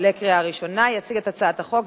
עברה את הקריאה הראשונה ותעבור לוועדת החוקה,